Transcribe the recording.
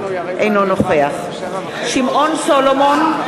אינו נוכח שמעון סולומון,